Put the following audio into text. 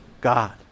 God